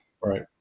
Right